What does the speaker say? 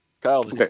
Kyle